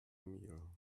meal